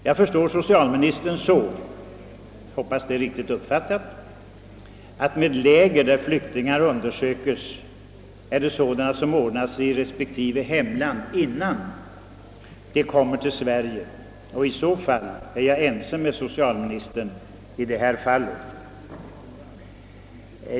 Jag har uppfattat socialministerns svar så — jag hoppas det är riktigt uppfattat — att de läger där flyktingar undersöks är sådana som ordnas i respektive hemland innan de kommer till Sverige. I så fall är jag ense med socialministern i detta avseende.